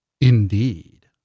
Indeed